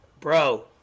bro